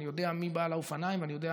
אני יודע מי בעל האופניים ואני יודע